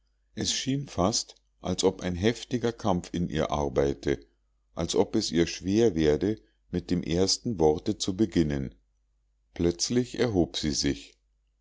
es schien fast als ob ein heftiger kampf in ihr arbeite als ob es ihr schwer werde mit dem ersten worte zu beginnen plötzlich erhob sie sich